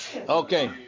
Okay